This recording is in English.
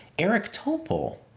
eric topol,